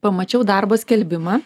pamačiau darbo skelbimą